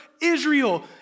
Israel